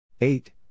Eight